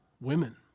women